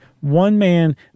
one-man